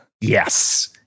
yes